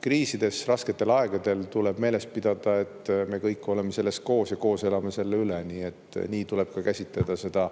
Kriisides, rasketel aegadel tuleb meeles pidada, et me kõik oleme selles koos ja koos elame selle üle – nii tuleb ka käsitleda seda